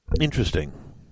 Interesting